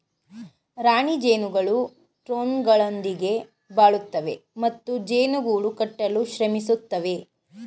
ರಾಣಿ ಜೇನುಗಳು ಡ್ರೋನ್ಗಳೊಂದಿಗೆ ಬಾಳುತ್ತವೆ ಮತ್ತು ಜೇನು ಗೂಡು ಕಟ್ಟಲು ಶ್ರಮಿಸುತ್ತವೆ